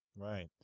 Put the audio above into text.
Right